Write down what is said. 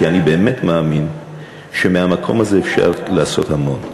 כי אני באמת מאמין שמהמקום הזה אפשר לעשות המון,